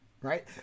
right